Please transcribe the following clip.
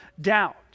doubt